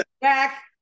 back